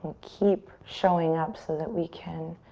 keep showing up so that we can